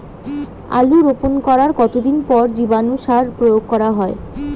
আলু রোপণ করার কতদিন পর জীবাণু সার প্রয়োগ করা হয়?